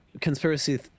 conspiracy